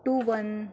two one